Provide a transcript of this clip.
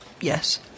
Yes